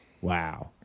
wow